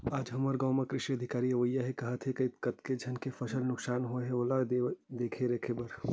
आज हमर गाँव म कृषि अधिकारी अवइया हे काहत हे, कतेक झन के फसल नुकसानी होय हवय ओला देखे परखे बर